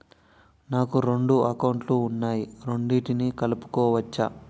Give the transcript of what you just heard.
నాకు రెండు అకౌంట్ లు ఉన్నాయి రెండిటినీ కలుపుకోవచ్చా?